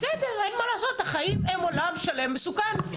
בסדר, אין מה לעשות, החיים הם עולם שלם מסוכן.